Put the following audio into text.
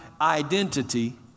identity